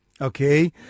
Okay